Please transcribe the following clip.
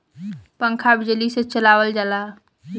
पंखा बिजली से चलावल जाला